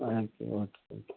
okay okay okay